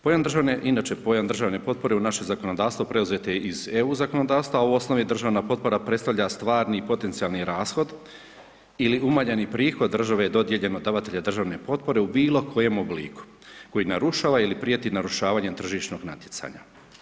Poja državne, inače pojam državne potpore u našem zakonodavstvo preuzet je iz EU zakonodavstva, a u osnovi državna potpora predstavlja stvarni i potencijalni rashod ili umanjeni prihod države dodijeljeno davatelja državne potpore u bilo kojem obliku koji narušava ili prijeti narušavanjem tržišnog natjecanja.